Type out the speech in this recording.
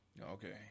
Okay